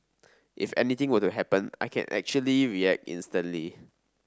if anything were to happen I can actually react instantly